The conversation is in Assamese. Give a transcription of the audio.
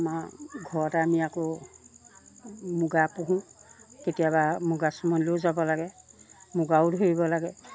আমাৰ ঘৰতে আমি আকৌ মুগা পুহোঁ কেতিয়াবা মুগা চুমনিলৈয়ো যাব লাগে মুগাও ধৰিব লাগে